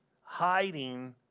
hiding